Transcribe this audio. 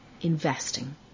investing